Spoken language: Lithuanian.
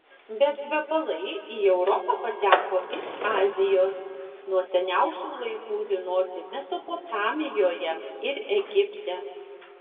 bet kvepalai į europą pateko iš azijos nuo seniausių laikų žinoti mesopotamijoje ir egipte